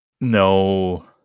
no